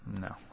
No